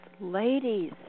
ladies